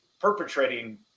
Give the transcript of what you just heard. perpetrating